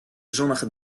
zonnige